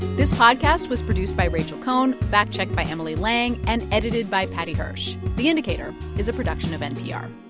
this podcast was produced by rachel cohn, fact-checked by emily lang and edited by paddy hirsch. the indicator is a production of npr